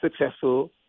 successful